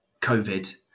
COVID